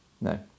No